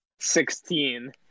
Sixteen